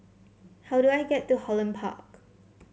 how do I get to Holland Park